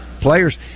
players